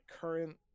current